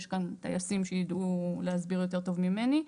יש כאן טייסים שידעו להסביר יותר טוב ממני.